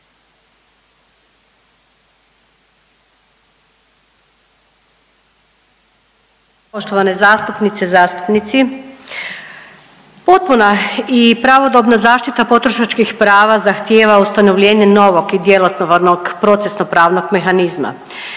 Poštovane zastupnice i zastupnici, potpuna i pravodobna zaštita potrošačkih prava zahtjeva ustanovljenje novog i djelotvornog procesno pravnog mehanizma.